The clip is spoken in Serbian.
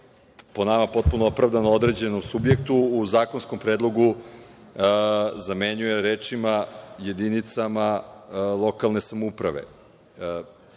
po nama potpuno opravdano, „određenom subjektu“ u zakonskom predlogu, zamenjuju se rečima:“jedinicama lokalne samouprave“.